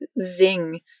zing